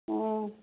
उम